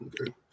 Okay